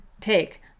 take